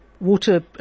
Water